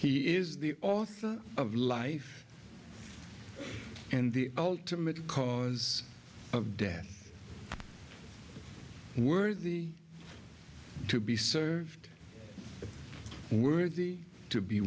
he is the author of life and the ultimate cause of death worthy to be served worthy to be